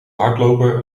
hardloper